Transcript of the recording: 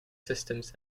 systems